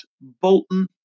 Bolton